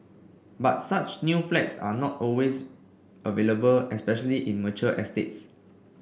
but such new flats are not always available especially in mature estates